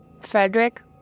Frederick